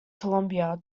columbia